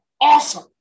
awesome